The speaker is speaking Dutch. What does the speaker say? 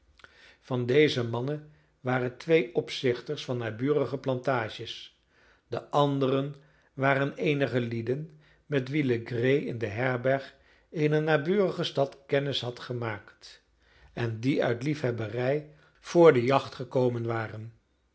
van deze mannen waren twee opzichters van naburige plantages de anderen waren eenige lieden met wie legree in de herberg eener naburige stad kennis had gemaakt en die uit liefhebberij voor de jacht gekomen waren